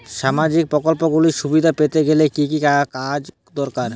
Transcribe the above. সামাজীক প্রকল্পগুলি সুবিধা পেতে গেলে কি কি কাগজ দরকার?